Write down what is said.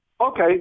Okay